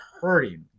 hurting